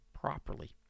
properly